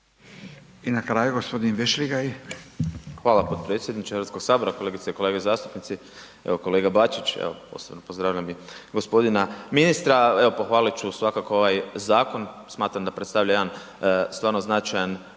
**Vešligaj, Marko (SDP)** Hvala potpredsjedniče Hrvatskog sabora. Kolegice i kolege zastupnici evo kolega Bačić, evo posebno pozdravljam i gospodina ministra, evo pohvalit ću svakako ovaj zakon. Smatram da predstavlja jedan stvarno značajan